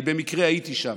אני במקרה הייתי שם,